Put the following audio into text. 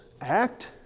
act